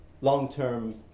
long-term